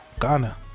ghana